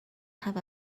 have